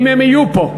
אם הם יהיו פה.